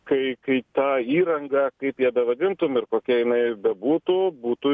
kai kai ta įranga kaip ją bevadintume ir kokia jinai bebūtų būtų